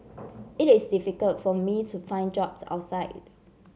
it is difficult for me to find jobs outside